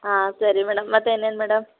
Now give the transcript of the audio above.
ಹಾಂ ಸರಿ ಮೇಡಮ್ ಮತ್ತೆ ಇನ್ನೇನು ಮೇಡಮ್